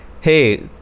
Hey